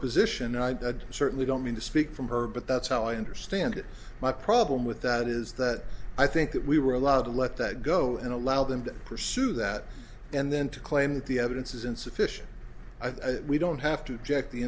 position i certainly don't mean to speak from her but that's how i understand my problem with that is that i think that we were allowed to let that go and allow them to pursue that and then to claim that the evidence is insufficient i think we don't have to check the